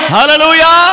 Hallelujah